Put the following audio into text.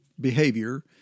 behavior